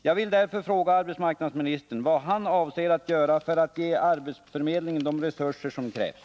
Jag vill därför fråga arbetsmarknadsministern vad han avser att göra för att ge arbetsförmedlingen de resurser som krävs.